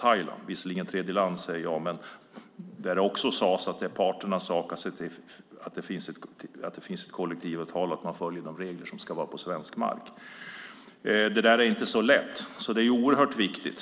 Det var visserligen tredjeland, men då sades det också att det var parternas sak att se till att det finns ett kollektivavtal och att man följer de regler som gäller på svensk mark. Det är alltså inte så lätt men viktigt.